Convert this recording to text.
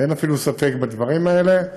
ואין אפילו ספק בדברים האלה,